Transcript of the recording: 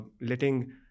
letting